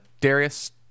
Darius